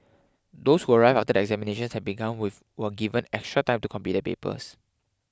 those who arrived after the examinations had begun with were given extra time to complete their papers